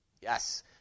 Yes